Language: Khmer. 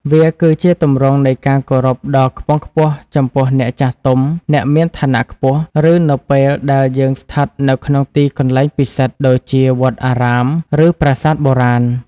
វាគឺជាទម្រង់នៃការគោរពដ៏ខ្ពង់ខ្ពស់ចំពោះអ្នកចាស់ទុំ អ្នកមានឋានៈខ្ពស់ ឬនៅពេលដែលយើងស្ថិតនៅក្នុងទីកន្លែងពិសិដ្ឋដូចជាវត្តអារាម ឬប្រាសាទបុរាណ។